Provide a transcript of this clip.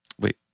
Wait